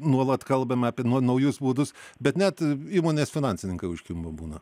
nuolat kalbame apie nau naujus būdus bet net įmonės finansininkai užkimba būna